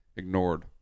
ignored